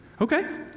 Okay